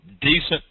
decent